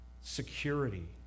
Security